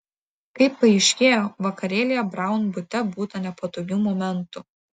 kaip paaiškėjo vakarėlyje braun bute būta nepatogių momentų